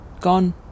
gone